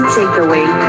takeaway